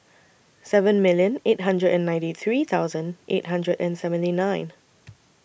seven million eight hundred and ninety three thousand eight hundred and seventy nine